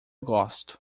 gosto